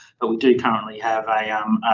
but we do currently have a um,